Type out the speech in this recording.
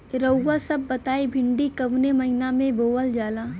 रउआ सभ बताई भिंडी कवने महीना में बोवल जाला?